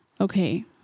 Okay